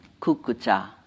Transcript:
kukucha